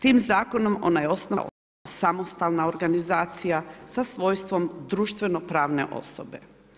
Tim zakonom ona je osnovana kao samostalna organizacija sa svojstvom društveno pravne osobe.